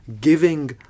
giving